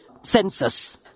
census